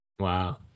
Wow